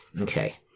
Okay